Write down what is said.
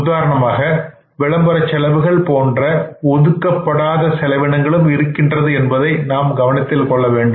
உதாரணமாக விளம்பரச் செலவுகள் போன்ற ஒதுக்கப்படாத செலவினங்களும் இருக்கின்றது என்பதை நாம் கவனத்தில் கொள்ள வேண்டும்